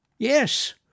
Yes